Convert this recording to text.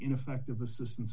ineffective assistance